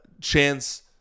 chance